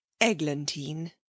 Eglantine